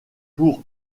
pour